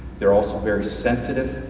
they are also very sensitive.